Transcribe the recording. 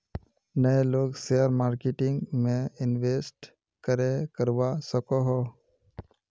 नय लोग share marketing में इंवेस्ट करे करवा सकोहो?